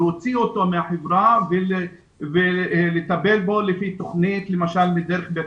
להוציא אותו מהחברה ולטפל בו לפי תוכנית למשל דרך בית